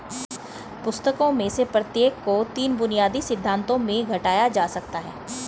पुस्तकों में से प्रत्येक को तीन बुनियादी सिद्धांतों में घटाया जा सकता है